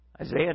Isaiah